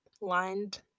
lined